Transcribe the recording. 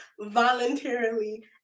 voluntarily